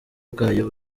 bwayo